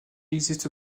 existe